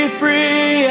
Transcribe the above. free